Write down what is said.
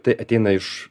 tai ateina iš